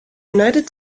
united